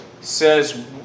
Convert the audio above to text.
says